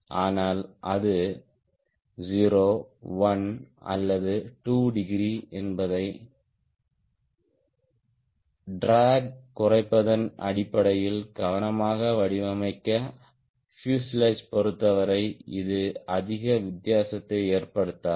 ஆனால் அது 0 1 அல்லது 2 டிகிரி என்பதை ட்ராக் குறைப்பதன் அடிப்படையில் கவனமாக வடிவமைக்கப்பட்ட பியூசேலாஜ் பொருத்தவரை இது அதிக வித்தியாசத்தை ஏற்படுத்தாது